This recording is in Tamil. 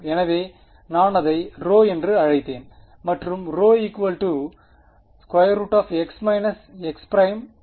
எனவே நான் அதை ρ என்று அழைப்பேன் மற்றும் x x2y y2